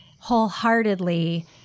wholeheartedly